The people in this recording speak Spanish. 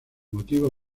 motivo